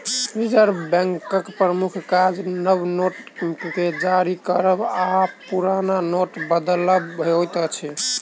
reserve बैंकक प्रमुख काज नव नोट के जारी करब आ पुरान नोटके बदलब होइत अछि